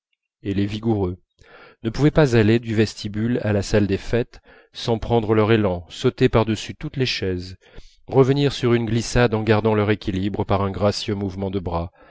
et les vigoureux ne pouvaient pas aller au vestibule à la salle des fêtes sans prendre leur élan sauter par-dessus toutes les chaises revenir sur une glissade en gardant leur équilibre par un gracieux mouvement de bras